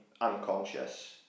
unconscious